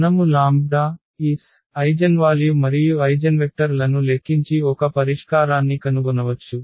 మనము λs eigenvalue మరియు eigenvector లను లెక్కించి ఒక పరిష్కారాన్ని కనుగొనవచ్చు